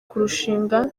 kurushinga